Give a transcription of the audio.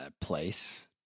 place